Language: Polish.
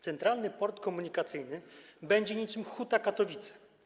Centralny Port Komunikacyjny będzie niczym Huta Katowice.